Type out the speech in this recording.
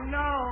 no